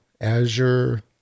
Azure